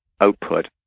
output